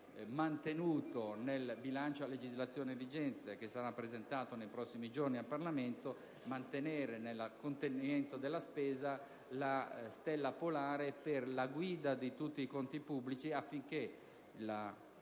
mantenuto nel bilancio a legislazione vigente che sarà presentato nei prossimi giorni al Parlamento, bisogna riuscire a seguire la stella polare per la guida di tutti i conti pubblici, affinché la